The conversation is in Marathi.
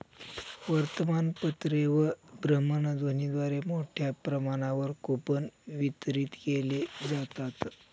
वर्तमानपत्रे व भ्रमणध्वनीद्वारे मोठ्या प्रमाणावर कूपन वितरित केले जातात